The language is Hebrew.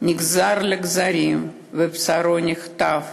נגזר לגזרים ובשרו נחטף,